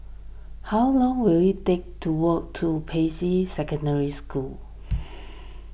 how long will it take to walk to Peicai Secondary School